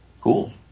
Cool